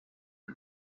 and